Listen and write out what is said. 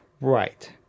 Right